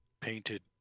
painted